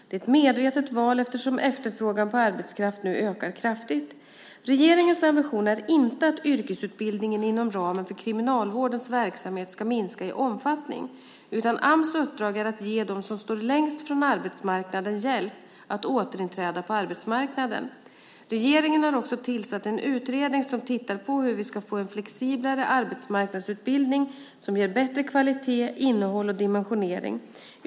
Det är ett medvetet val eftersom efterfrågan på arbetskraft nu ökar kraftigt. Regeringens ambition är inte att yrkesutbildningen inom ramen för Kriminalvårdens verksamhet ska minska i omfattning, utan Ams uppdrag är att ge dem som står längst från arbetsmarknaden hjälp att återinträda på arbetsmarknaden. Regeringen har också tillsatt en utredning som tittar på hur vi ska få en flexiblare arbetsmarknadsutbildning som ger bättre kvalitet, innehåll och dimensionering.